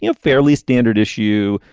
you know fairly standard issue,